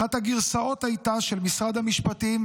אחת הגרסאות הייתה של משרד המשפטים,